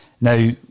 Now